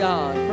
God